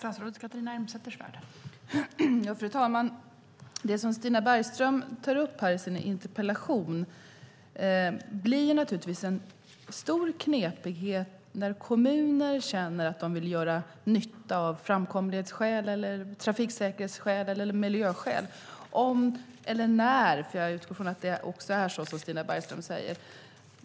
Fru talman! Det som Stina Bergström tar upp i sin interpellation blir naturligtvis en stor knepighet när kommuner känner att de vill göra nytta av framkomlighetsskäl, trafiksäkerhetsskäl eller miljöskäl och statens olika aktörer inte är överens - jag utgår från att det är så som Stina Bergström säger.